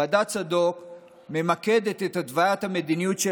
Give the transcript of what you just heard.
ועדת צדוק ממקדת את התוויית המדיניות של